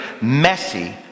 messy